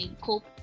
cope